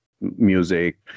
music